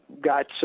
got